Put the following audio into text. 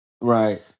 Right